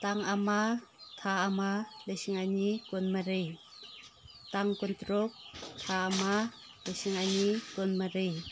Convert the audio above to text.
ꯇꯥꯡ ꯑꯃ ꯊꯥ ꯑꯃ ꯂꯤꯁꯤꯡ ꯑꯅꯤ ꯀꯨꯟꯃꯔꯤ ꯇꯥꯡ ꯀꯨꯟ ꯇꯔꯨꯛ ꯊꯥ ꯑꯃ ꯂꯤꯁꯤꯡ ꯑꯅꯤ ꯀꯨꯟ ꯃꯔꯤ